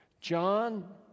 John